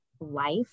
life